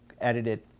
edited